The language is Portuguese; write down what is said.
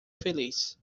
feliz